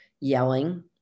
yelling